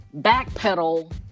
backpedal